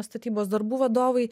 statybos darbų vadovai